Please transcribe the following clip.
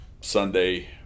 Sunday